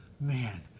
man